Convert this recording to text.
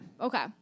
Okay